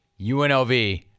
UNLV